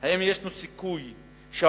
האם יש סיכוי שהקופות,